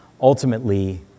Ultimately